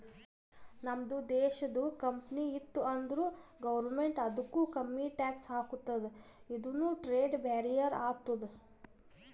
ನಮ್ದು ದೇಶದು ಕಂಪನಿ ಇತ್ತು ಅಂದುರ್ ಗೌರ್ಮೆಂಟ್ ಅದುಕ್ಕ ಕಮ್ಮಿ ಟ್ಯಾಕ್ಸ್ ಹಾಕ್ತುದ ಇದುನು ಟ್ರೇಡ್ ಬ್ಯಾರಿಯರ್ ಆತ್ತುದ